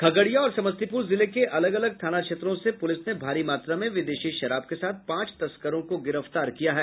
खगड़िया और समस्तीपुर जिले के अलग अलग थाना क्षेत्रों से पुलिस ने भारी मात्रा में विदेशी शराब के साथ पांच तस्करों को गिरफ्तार किया है